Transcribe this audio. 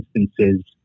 instances